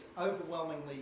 overwhelmingly